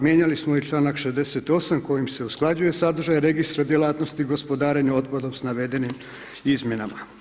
Mijenjali smo i članka 68. kojim se usklađuje sadržaj registra djelatnosti gospodarenja otpadom s navedenim izmjenama.